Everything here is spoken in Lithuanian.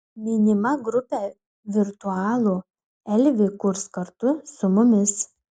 minima grupė virtualų elvį kurs kartu su mumis